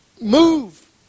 move